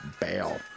bail